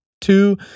Two